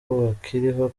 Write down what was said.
bakiriho